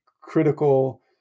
critical